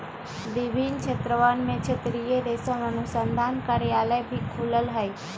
विभिन्न क्षेत्रवन में क्षेत्रीय रेशम अनुसंधान कार्यालय भी खुल्ल हई